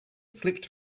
slipped